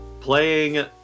playing